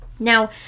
Now